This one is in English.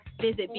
visit